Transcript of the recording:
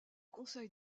conseil